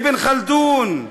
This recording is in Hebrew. אבן ח'לדון,